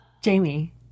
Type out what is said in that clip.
Jamie